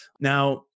now